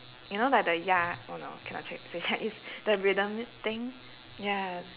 you know like the oh no cannot chi~ say chinese the rhythm thing ya